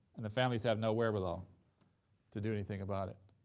and the families have no wherewithal to do anything about it.